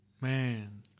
Man